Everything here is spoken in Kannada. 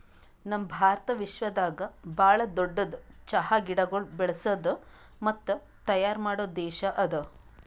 ನಮ್ ಭಾರತ ವಿಶ್ವದಾಗ್ ಭಾಳ ದೊಡ್ಡುದ್ ಚಹಾ ಗಿಡಗೊಳ್ ಬೆಳಸದ್ ಮತ್ತ ತೈಯಾರ್ ಮಾಡೋ ದೇಶ ಅದಾ